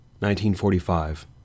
1945